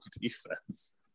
defense